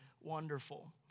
wonderful